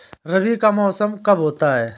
रबी का मौसम कब होता हैं?